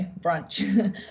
brunch